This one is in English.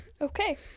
Okay